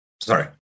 Sorry